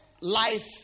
life